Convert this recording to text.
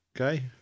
okay